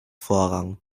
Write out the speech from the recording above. vorrang